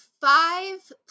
Five